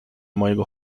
mojego